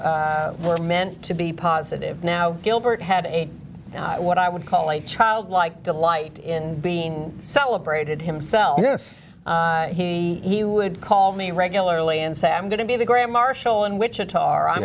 o were meant to be positive now gilbert had a what i would call a childlike delight in being celebrated himself this he he would call me regularly and say i'm going to be the graham marshal in wichita